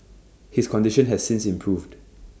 his condition has since improved